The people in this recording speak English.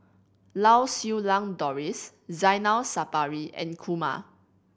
Lau Siew Lang Doris Zainal Sapari and Kumar